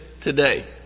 today